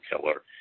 killer